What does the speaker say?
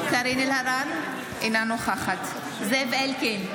אלהרר, אינה נוכחת זאב אלקין,